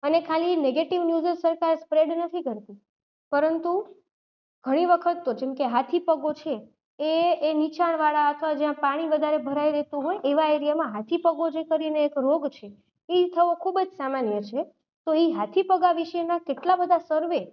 અને ખાલી negative news જ સરકાર સ્પ્રેડ નથી કરતી પરંતુ ઘણી વખત તો જેમકે હાથીપગો છે એ એ નીચાણવાળા અથવા જ્યાં પાણી વધારે ભરાઈ રહેતું હોય એવા એરિયામાં હાથીપગો જે કરીને એક રોગ છે એ થવો ખૂબ જ સામાન્ય છે તો એ હાથીપગા વિશેના કેટલા બધા સર્વે